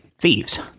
Thieves